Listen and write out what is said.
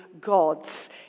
gods